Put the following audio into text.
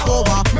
over